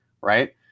right